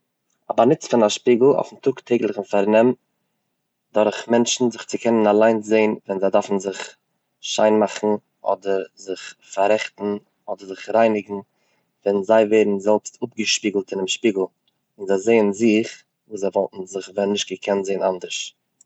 א באנוץ פון א שפיגל אויפן טאג טעגליכן פארנעם דורך מענטשן, איז זיך צו קענען אליינס זען ווען זיי דארפן זיך שיין מאכן אדער זיך פאררעכטן אדער זיך רייניגן ווען זיי ווערן זעלבסט אפגעשפיגלט אין דעם שפיגל און זיי זען זיך וואס זיי וואלטן זיך ווען נישט געקענט זען אנדערש.